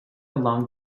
along